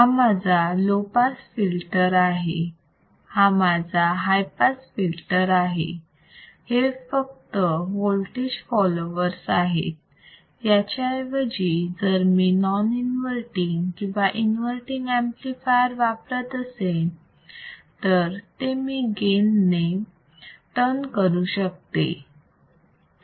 हा माझा low pass filter आहे हा माझा हाय पास फिल्टर आहे हे फक्त वोल्टेज फॉलॉवर आहेत याच्या ऐवजी जर मी नॉन इन्वर्तींग किंवा इन्वर्तींग ऍम्प्लिफायर वापरत असेन तर ते मी गेन ने टर्न करू शकते